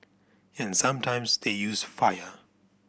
and sometimes they use fire